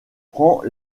prend